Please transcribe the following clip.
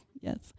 Yes